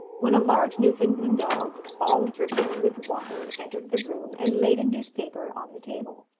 when a large newfoundland dog, all dripping with water, entered the room, and laid a newspaper on the table.